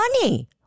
money